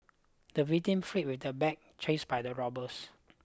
the victim fled with the bag chased by the robbers